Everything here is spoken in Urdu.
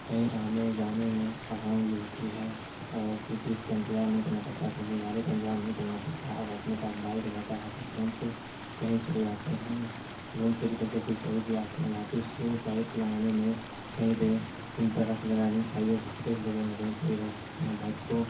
کہیں آنے جانے میں آسان بھی ہوتی ہے اور کسی چیز کا انتظار نہیں کرنا پڑتا کسی گاڑی کا انتظار نہیں کرنا پڑتا اور اپنے پاس بائک رہتا ہے تو ترنت کہیں چلے جاتے ہیں گھوم پھر کر کے پھر چلے بھی آتے ہیں واپس گائک لگانے میں کہیں پہ بڑا سے جگہ نہیں چاہیے اس سے چھوٹے سے جگہ میں کہیں پہ بھی رکھ سکتے ہیں بائک کو